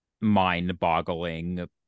mind-boggling